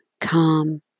calm